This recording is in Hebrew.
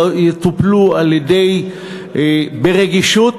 יטופלו ברגישות